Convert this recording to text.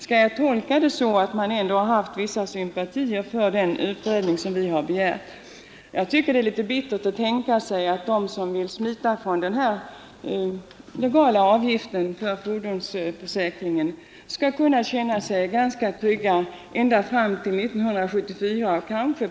Skall jag tolka det så, att man ändå haft vissa sympatier för vår begäran om utredning? Det är bittert att tänka sig att de som vill smita från den legala avgiften för fordonsförsäkringar skall kunna känna sig ganska trygga ända fram till våren 1974.